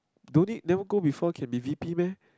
never go before can be V_P meh